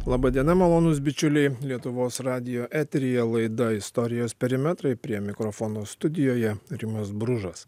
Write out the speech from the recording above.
laba diena malonūs bičiuliai lietuvos radijo eteryje laida istorijos perimetrai prie mikrofono studijoje rimas bružas